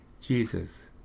Jesus